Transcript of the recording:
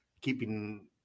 keeping